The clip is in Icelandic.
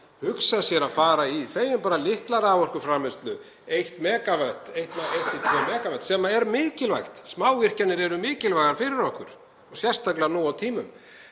hugsað sér að fara í, segjum bara litla raforkuframleiðslu, 1–2 megavött, sem er mikilvægt, smávirkjanir eru mikilvægar fyrir okkur og sérstaklega nú á tímum